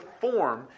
form